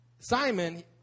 Simon